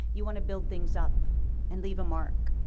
you want to build things up and leave a mark,